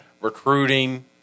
recruiting